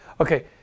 Okay